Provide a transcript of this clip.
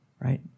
right